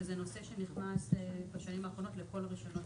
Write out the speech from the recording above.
שזה נושא שנכנס בשנים האחרונות לכל רשיונות